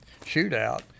shootout